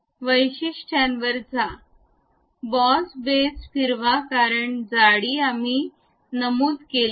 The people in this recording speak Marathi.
वैशिष्ट्यांवर जा बॉस बेस फिरवा कारण जाडी आम्ही नमूद केली नाही